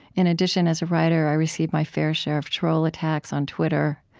in addition, as a writer, i receive my fair share of troll attacks on twitter.